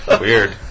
Weird